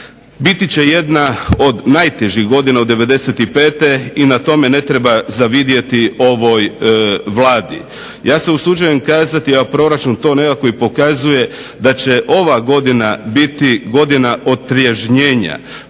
biti će jedna od najtežih godina od '95. i na tome ne treba zavidjeti ovoj Vladi. Ja se usuđujem kazati, a proračun to nekako i pokazuje da će ova godina biti godina otriježnjenja.